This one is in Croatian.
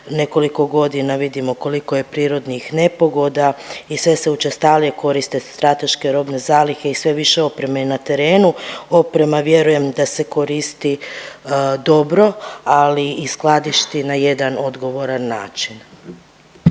nekoliko godina vidimo koliko je prirodnih nepogoda i sve se učestalije koriste strateške robne zalihe i sve više opreme na terenu. Oprema vjerujem da se koristi dobro ali i skladišti na jedan odgovoran način.